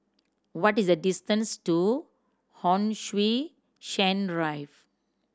what is the distance to Hon Sui Sen Rive